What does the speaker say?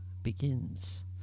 begins